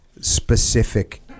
specific